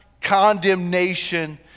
condemnation